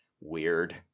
Weird